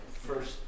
first